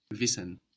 Wissen